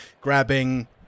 grabbing